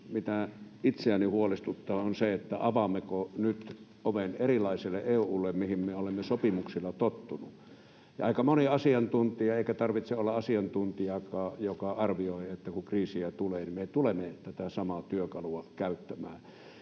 mikä itseäni huolestuttaa, on se, avaammeko nyt oven erilaiselle EU:lle kuin mihin me olemme sopimuksilla tottuneet. Aika moni asiantuntija — eikä tarvitse olla asiantuntijakaan — arvioi, että kun kriisejä tulee, me tulemme tätä samaa työkalua käyttämään.